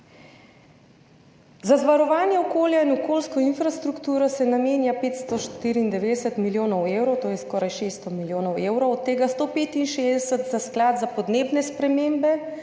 Za varovanje okolja in okoljsko infrastrukturo se namenja 594 milijonov evrov, to je skoraj 600 milijonov evrov, od tega 165 za Sklad za podnebne spremembe,